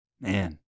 Man